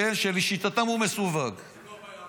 שלשיטתם הוא מסווג --- זו לא הבעיה,